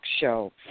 show